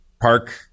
park